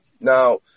Now